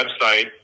website